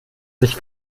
sich